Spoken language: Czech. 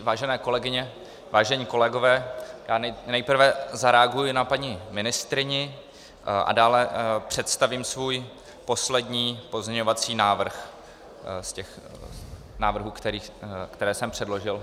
Vážené kolegyně, vážení kolegové, nejprve zareaguji na paní ministryni a dále představím svůj poslední pozměňovací návrh z těch návrhů, které jsem předložil.